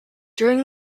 during